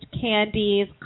candies